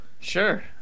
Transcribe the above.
sure